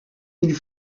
ils